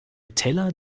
teller